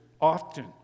often